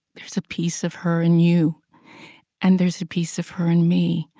there's a piece of her in you and there's a piece of her in me.